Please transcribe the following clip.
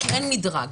כי מדרג,